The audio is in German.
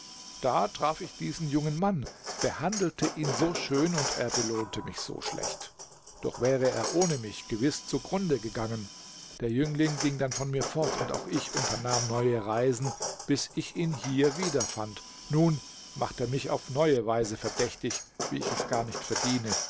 da traf ich diesen jungen mann behandelte ihn so schön und er belohnte mich so schlecht doch wäre er ohne mich gewiß zugrunde gegangen der jüngling ging dann von mir fort und auch ich unternahm neue reisen bis ich ihn hier wieder fand nun macht er mich auf eine neue weise verdächtig wie ich es gar nicht verdiene